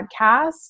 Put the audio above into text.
podcast